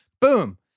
Boom